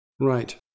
Right